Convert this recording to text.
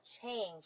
change